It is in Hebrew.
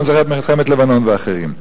ואני זוכר את מלחמת לבנון ומבצעים אחרים.